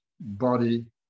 body